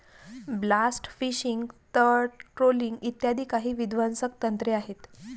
blast fishing, तळ trawling इ काही विध्वंसक तंत्रे आहेत